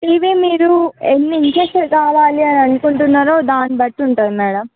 TV మీరు ఎన్ని inches కావాలి అని అనుకుంటున్నారో దాన్నిబట్టి ఉంటుంది మేడం